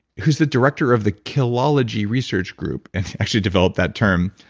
who's the director of the killology research group, and actually developed that term,